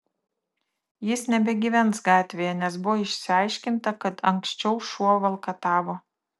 jis nebegyvens gatvėje nes buvo išsiaiškinta kad anksčiau šuo valkatavo